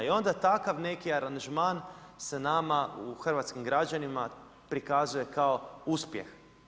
I onda takav neki angažman, se nama, hrvatskim građanima, prikazuje kao uspjeh.